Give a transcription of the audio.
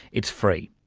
it's free.